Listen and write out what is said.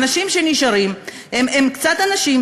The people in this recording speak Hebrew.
האנשים שנשארים הם מעטים,